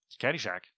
Caddyshack